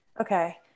okay